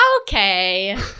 Okay